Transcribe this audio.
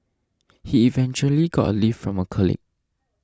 he eventually got a lift from a colleague